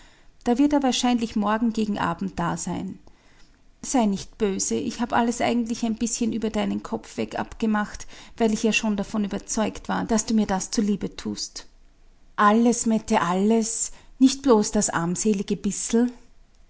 da wird er wahrscheinlich morgen gegen abend da sein sei nicht böse ich hab alles eigentlich ein bißchen über deinen kopf weg abgemacht weil ich ja schon davon überzeugt war daß du mir das zuliebe tust alles mette alles nicht bloß das armselige bissel